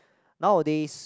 nowadays